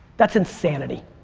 that's insanity.